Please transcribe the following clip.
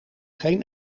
geen